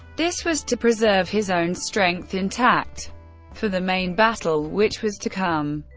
this was to preserve his own strength intact for the main battle which was to come.